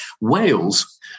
Wales